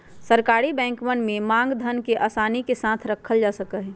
सरकारी बैंकवन में मांग धन के आसानी के साथ रखल जा सका हई